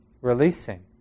releasing